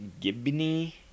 Gibney